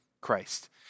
Christ